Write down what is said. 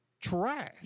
trash